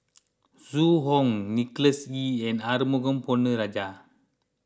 Zhu Hong Nicholas Ee and Arumugam Ponnu Rajah